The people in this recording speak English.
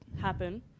happen